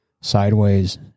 sideways